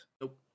Nope